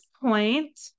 point